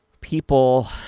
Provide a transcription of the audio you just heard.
people